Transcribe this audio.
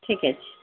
ठीके छी